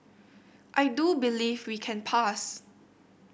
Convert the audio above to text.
I do believe we can pass